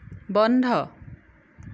বন্ধ